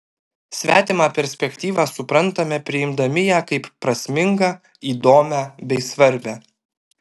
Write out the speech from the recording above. svetimą perspektyvą suprantame priimdami ją kaip prasmingą įdomią bei svarbią